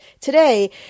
Today